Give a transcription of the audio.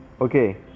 okay